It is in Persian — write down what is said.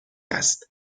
است